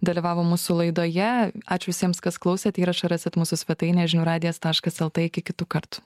dalyvavo mūsų laidoje ačiū visiems kas klausėt įrašą rasit mūsų svetainėje žinių radijas taškas lt iki kitų kartų